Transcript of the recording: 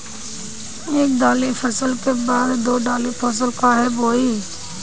एक दाली फसल के बाद दो डाली फसल काहे बोई?